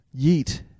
Yeet